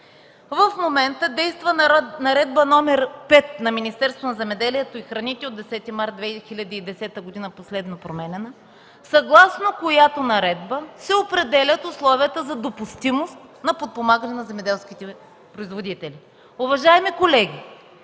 В момента действа Наредба № 5 на Министерството на земеделието и храните от 10 март 2010 г. – последно променяна, съгласно която се определят условията за допустимост за подпомагане на земеделските производители.